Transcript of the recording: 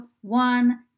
one